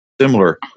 similar